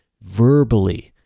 verbally